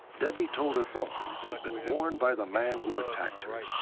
debbie told authorities they had been worn by the man who attacked her.